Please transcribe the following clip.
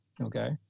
okay